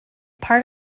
part